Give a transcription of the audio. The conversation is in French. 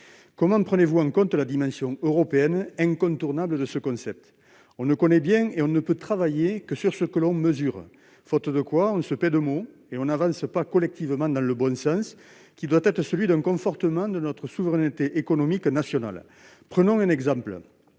Comment prenez-vous en compte la dimension européenne incontournable de ce concept ? On ne connaît bien, notamment pour y travailler, que ce que l'on mesure. Faute de quoi, on se paie de mots et on n'avance pas collectivement dans le bon sens, qui doit être celui d'un « confortement » de notre souveraineté économique nationale. Prenons un exemple,